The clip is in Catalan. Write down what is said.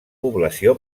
població